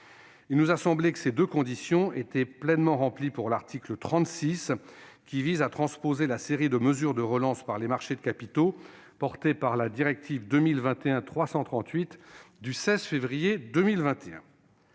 Il nous a semblé que ces deux conditions étaient pleinement remplies pour l'article 36, qui vise à transposer la série de mesures de relance par les marchés de capitaux contenues dans la directive 2021/338 du 16 février 2021.